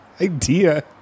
idea